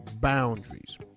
boundaries